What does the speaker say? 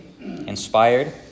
inspired